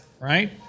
right